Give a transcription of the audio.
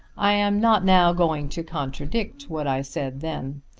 i am not now going to contradict what i said then.